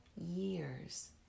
years